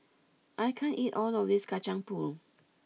I can't eat all of this Kacang Pool